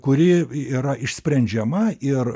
kuri yra išsprendžiama ir